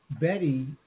betty